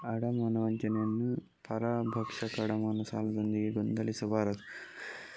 ಅಡಮಾನ ವಂಚನೆಯನ್ನು ಪರಭಕ್ಷಕ ಅಡಮಾನ ಸಾಲದೊಂದಿಗೆ ಗೊಂದಲಗೊಳಿಸಬಾರದು